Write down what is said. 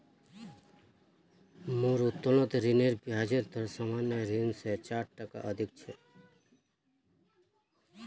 मोर उत्तोलन ऋनेर ब्याज सामान्य ऋण स चार टका अधिक छ